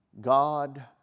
God